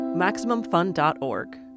MaximumFun.org